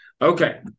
Okay